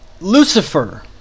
Lucifer